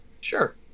sure